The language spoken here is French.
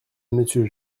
monsieur